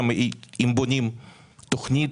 אם בונים תוכנית,